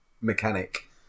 mechanic